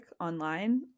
online